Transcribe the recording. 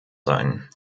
sein